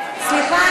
סליחה,